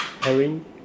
herring